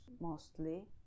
mostly